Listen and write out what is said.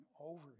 over